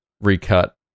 recut